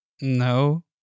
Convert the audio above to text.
No